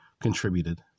contributed